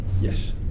Yes